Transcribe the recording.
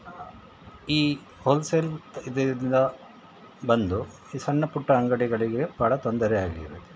ಈ ಹೋಲ್ಸೇಲ್ ಇದರಿಂದ ಬಂದು ಈ ಸಣ್ಣ ಪುಟ್ಟ ಅಂಗಡಿಗಳಿಗೆ ಬಹಳ ತೊಂದರೆ ಆಗಿದೆ